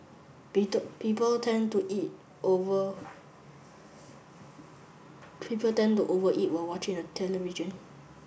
people tend to eat over people tend to over eat while watching the television